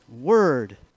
word